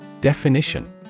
Definition